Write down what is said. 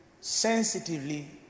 sensitively